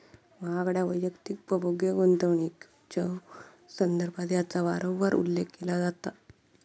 महागड्या वैयक्तिक उपभोग्य गुंतवणुकीच्यो संदर्भात याचा वारंवार उल्लेख केला जाता